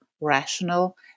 rational